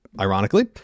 ironically